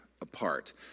apart